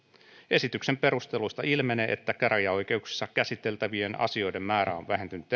esityksen perusteluista ilmenee että käräjäoikeuksissa käsiteltävien asioiden määrä on vähentynyt